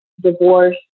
divorce